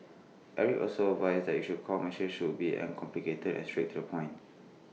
Eric also advised that your core message should be uncomplicated and straight to the point